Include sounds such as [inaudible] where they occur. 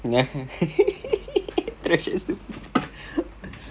[laughs] throw shades to people